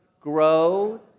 grow